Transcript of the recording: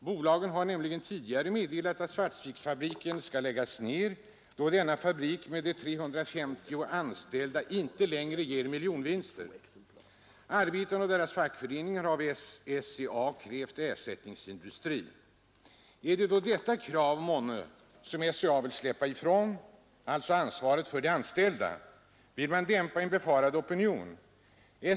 Bolaget har nämligen tidigare meddelat att Svartviksfabriken skall nedläggas då denna fabrik med de 350 anställda enligt SCA inte längre ger miljonvinster. Arbetarna och deras fackförening har av SCA krävt ersättningsindustri. Är det månne detta krav som SCA vill slippa ifrån, dvs. ansvaret för de anställda? Vill man dämpa en befarad opinion?